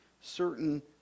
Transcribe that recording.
certain